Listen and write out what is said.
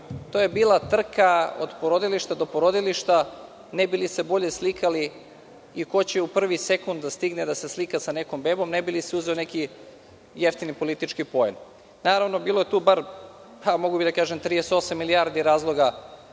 to je bila trka od porodilišta do porodilišta ne bili se bolje slikali i ko će u prvi sekund da stigne da se slika sa nekom bebom ne bili se uzeo neki jeftini politički poen. Naravno, bilo je tu, mogao bih da kažem 38 milijardi razloga